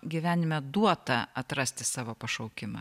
gyvenime duota atrasti savo pašaukimą